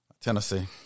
Tennessee